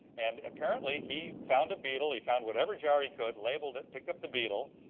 and apparently, he found a beetle. he found whatever jar he could, labeled it, picked up the beetle.